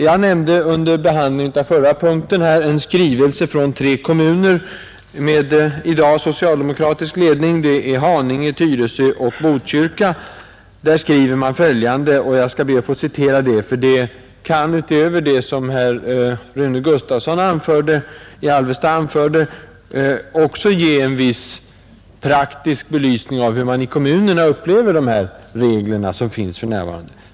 Jag nämnde under behandlingen av den förra punkten en skrivelse från tre kommuner med i dag socialdemokratisk ledning: det är Haninge, Tyresö och Botkyrka. Jag ber att få citera ur den, för det kan, utöver vad Rune Gustavsson i Alvesta anförde, också ge en viss praktisk belysning av hur man i kommunerna upplever de regler som finns för närvarande.